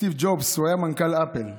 סטיב ג'ובס היה מנכ"ל אפל,